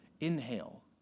inhale